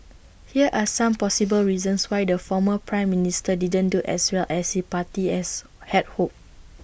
here are some possible reasons why the former Prime Minister didn't do as well as his party as had hoped